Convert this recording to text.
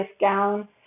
gown